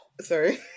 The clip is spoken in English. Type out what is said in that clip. Sorry